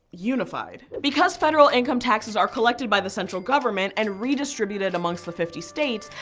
unified. because federal income taxes are collected by the central government and redistributed amongst the fifty states,